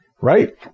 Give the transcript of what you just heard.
Right